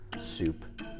soup